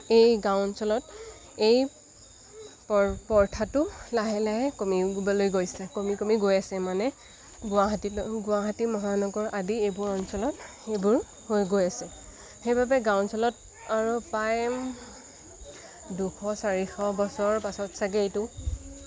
এই গাঁও অঞ্চলত এই প্ৰথাটো লাহে লাহে কমিবলৈ গৈছে কমি কমি গৈ আছে মানে গুৱাহাটীলৈ গুৱাহাটী মহানগৰ আদি এইবোৰ অঞ্চলত এইবোৰ হৈ গৈ আছে সেইবাবে গাঁও অঞ্চলত আৰু প্ৰায় দুশ চাৰিশ বছৰ পাছত চাগে এইটো